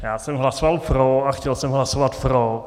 Já jsem hlasoval pro a chtěl jsem hlasovat pro.